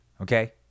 okay